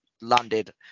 landed